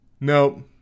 Nope